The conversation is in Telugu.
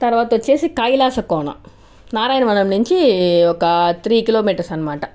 తర్వాత వచ్చేసి కైలాసకోన నారాయణవనం నుంచి ఒక త్రీ కిలోమీటర్స్ అనమాట